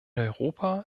europa